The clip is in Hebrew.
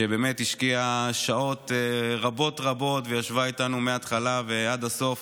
שבאמת השקיעה שעות רבות רבות וישבה איתנו מהתחלה ועד הסוף,